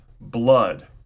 blood